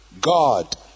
God